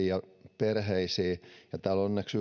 ja perheisiin täällä on onneksi